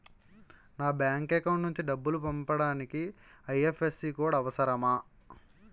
నా bank account నుంచి డబ్బు పంపించడానికి ఐ.ఎఫ్.ఎస్.సి కోడ్ అవసరమా?